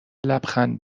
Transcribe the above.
لبخند